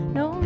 no